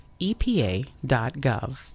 epa.gov